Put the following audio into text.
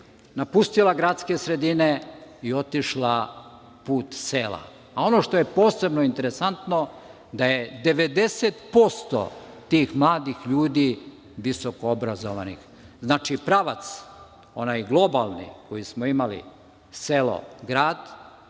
napustila gradske sredine i otišla put sela, a ono što je posebno interesantno je da je 90% tih mladih ljudi visoko obrazovano. Znači, pravac onaj globalni koji smo imali selo – grad,